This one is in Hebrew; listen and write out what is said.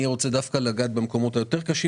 אני רוצה דווקא לגעת במקומות היותר קשים,